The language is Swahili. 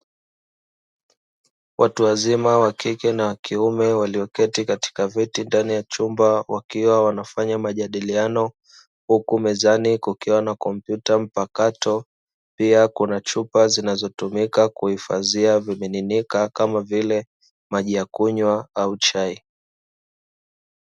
Watu wazima wakike na wakiume walioketi katika viti ndani ya chumba wakiwa wanafanya majadiliano huku mezani kukiwa na kompyuta mpakato, pia kuna chupa zinazotumika kuhifadhia vimiminika kama vile maji ya kunywa au chai.